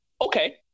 okay